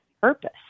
purpose